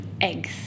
eggs